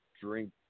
drink